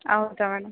ಹೌದ ಮೇಡಮ್